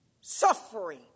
suffering